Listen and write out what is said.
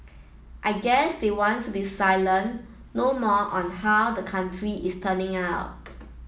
I guess they want to be silent no more on how the country is turning out